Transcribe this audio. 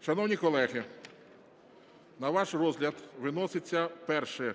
Шановні колеги, на ваш розгляд виноситься перше